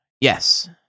yes